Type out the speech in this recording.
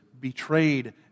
betrayed